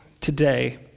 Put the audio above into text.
today